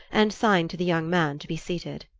and signed to the young man to be seated.